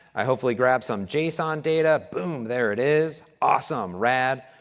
i hopefully grab some jason data, boom, there it is, awesome, rad,